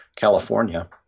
California